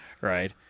Right